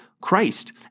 Christ